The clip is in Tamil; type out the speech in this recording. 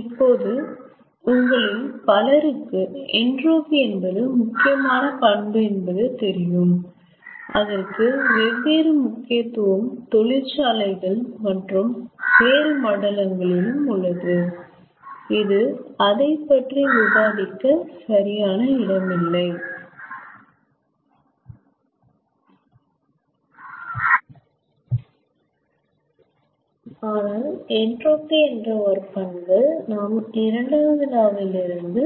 இப்போது உங்களில் பலருக்கு என்ட்ரோபி என்பது முக்கியமான பண்பு என்பது தெரியும் அதற்கு வெவ்வேறு முக்கியத்துவம் தொழிற்சாலைகள் மற்றும் வேறு மண்டலங்களிலும் உள்ளது இது அதைப்பற்றி விவாதிக்க சரியான இடம் இல்லை ஆனால் என்ட்ரோபி என்ற ஒரு பண்பு நாம் இரண்டாவது லா வில் இருந்து